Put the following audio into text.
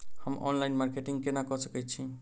हम online marketing केना कऽ सकैत छी?